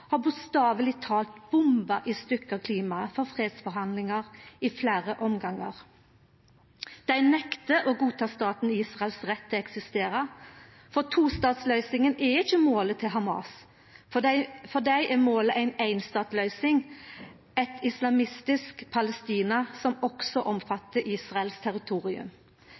har bokstavleg talt bomba i stykke klimaet for fredsforhandlingar i fleire omgangar. Dei nektar å godta staten Israel sin rett til å eksistere. For tostatsløysinga er ikkje målet til Hamas, for dei er målet ei einstatsløysing, eit islamistisk Palestina som også omfattar Israels territorium.